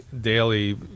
daily